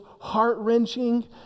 heart-wrenching